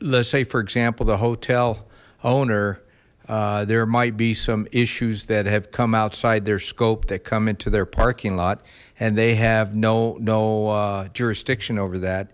let's say for example the hotel owner there might be some issues that have come outside their scope that come into their parking lot and they have no no jurisdiction over that